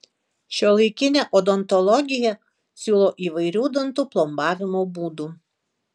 šiuolaikinė odontologija siūlo įvairių dantų plombavimo būdų